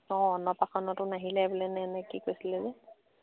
অঁ অন্নপ্ৰাসন্নতো নাহিলে বোলে নে কি কৈছিলেনে